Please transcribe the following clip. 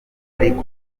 ariko